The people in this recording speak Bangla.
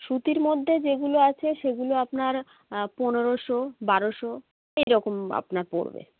সুতির মধ্যে যেগুলো আছে সেগুলো আপনার পনোরোশো বারোশো এই রকম আপনার পড়বে